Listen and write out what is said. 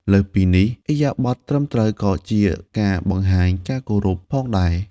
លើសពីនេះ ឥរិយាបថត្រឹមត្រូវក៏ជាការបង្ហាញ ការគោរព ផងដែរ។